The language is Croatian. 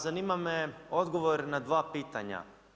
Zanima me odgovor na dva pitanja.